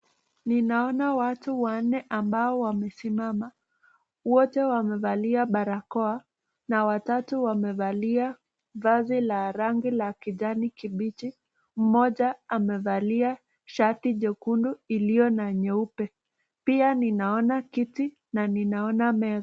Ninaona watu wanne ambao wamesimama. Wote wamevalia barakoa na watatu wamevalia ngazi la rangi la kijani kibichi, mmoja amevalia shati jekundu iliyo na nyeupe. Pia ninaona kiti na ninaona meza.